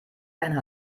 keinen